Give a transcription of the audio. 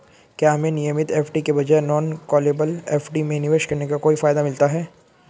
क्या हमें नियमित एफ.डी के बजाय नॉन कॉलेबल एफ.डी में निवेश करने का कोई फायदा मिलता है?